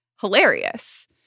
hilarious